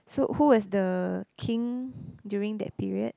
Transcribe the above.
so who was the king during that period